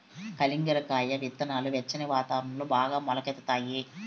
కలింగర కాయ ఇత్తనాలు వెచ్చని వాతావరణంలో బాగా మొలకెత్తుతాయి